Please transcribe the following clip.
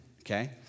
Okay